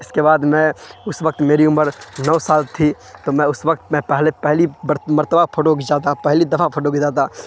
اس کے بعد میں اس وقت میری عمر نو سال تھی تو میں اس وقت میں پہلے پہلی مرتبہ فوٹو گھیچا تھا پہلی دفعہ فوٹو گھیچا تھا